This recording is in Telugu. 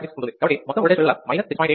6 ఉంటుంది కాబట్టి మొత్తం ఓల్టేజ్ పెరుగుదల 6